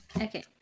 Okay